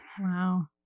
Wow